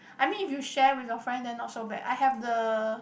I mean if you share with your friend then not so bad I have the